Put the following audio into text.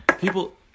people